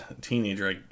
Teenager